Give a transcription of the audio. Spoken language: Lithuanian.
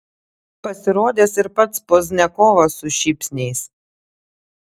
pasirodęs ir pats pozdniakovas su šypsniais